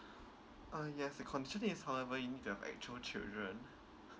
ah yes the concerning is however you need have a actual children